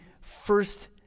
first